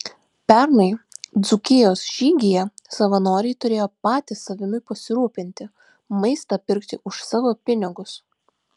pernai dzūkijos žygyje savanoriai turėjo patys savimi pasirūpinti maistą pirkti už savo pinigus